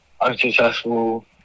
unsuccessful